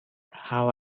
how